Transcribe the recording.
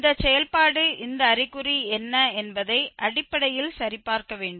இந்த செயல்பாடு இந்த அறிகுறி என்ன என்பதை அடிப்படையில் சரிபார்க்க வேண்டும்